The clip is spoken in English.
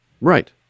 right